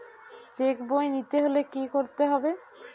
Check বই নিতে হলে কি করতে হবে?